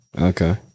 Okay